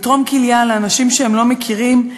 לתרום כליה לאנשים שהם לא מכירים.